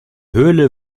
höhle